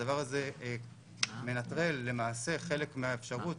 הדבר הזה מנטרל חלק מהאפשרות